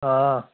हां